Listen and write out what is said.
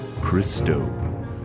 Christo